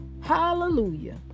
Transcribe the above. Hallelujah